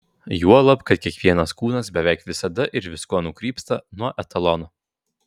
juolab kad kiekvienas kūnas beveik visada ir viskuo nukrypsta nuo etalono